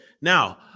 now